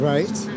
Right